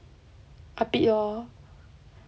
a bit lor